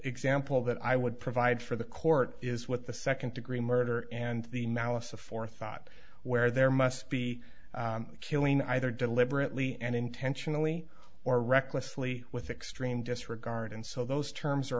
example that i would provide for the court is with the second degree murder and the malice aforethought where there must be killing either deliberately and intentionally or recklessly with extreme disregard and so those terms